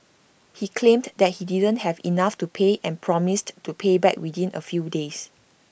he claimed that he didn't have enough to pay and promised to pay back within A few days